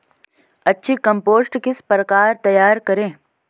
अच्छी कम्पोस्ट किस प्रकार तैयार करें?